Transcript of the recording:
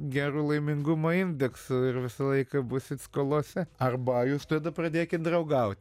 geru laimingumo indeksu ir visą laiką būsit skolose arba jūs tada pradėkit draugaut